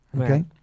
okay